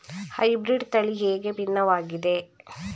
Hybrid ತಳಿ ಹೇಗೆ ಭಿನ್ನವಾಗಿದೆ?